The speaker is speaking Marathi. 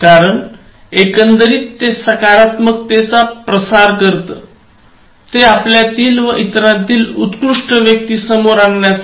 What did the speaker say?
कारण एकंदरीत ते सकारात्मकतेचा प्रसार करते ते आपल्यातील व इतरातील उत्कृष्ट व्यक्ती समोर आणण्याचा प्रयत्न करते